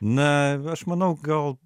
na aš manau gal